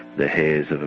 the hairs and